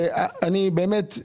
ולא יקרה כלום.